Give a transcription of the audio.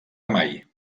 mai